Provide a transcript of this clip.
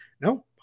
No